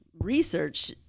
Research